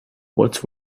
what